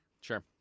Sure